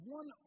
one